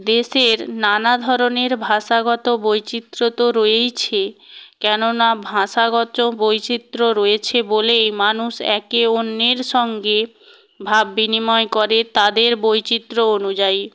দেশের নানা ধরনের ভাষাগত বৈচিত্র্য তো রয়েছে কেননা ভাষাগত বৈচিত্র্য রয়েছে বলেই মানুষ একে অন্যের সঙ্গে ভাব বিনিময় করে তাদের বৈচিত্র্য অনুযায়ী